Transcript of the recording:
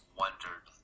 wondered